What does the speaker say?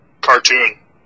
cartoon